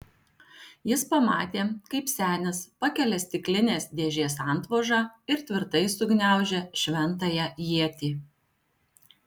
jis pamatė kaip senis pakelia stiklinės dėžės antvožą ir tvirtai sugniaužia šventąją ietį